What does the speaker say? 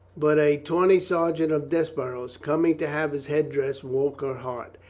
but a tawny sergeant of desborough's coming to have his head dressed woke her heart.